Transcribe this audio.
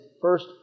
first